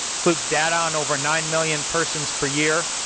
includes data on over nine million persons per year,